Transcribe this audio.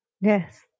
Yes